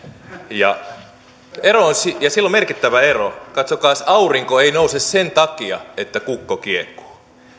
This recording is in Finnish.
ja sillä on merkittävä ero katsokaas aurinko ei nouse sen takia että kukko kiekuu